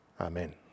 Amen